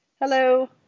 Hello